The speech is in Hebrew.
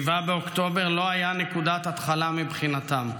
7 באוקטובר לא היה נקודת התחלה מבחינתם.